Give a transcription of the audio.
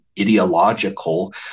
ideological